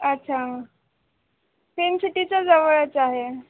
अच्छा फिल्म सिटीच्या जवळच आहे